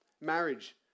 marriage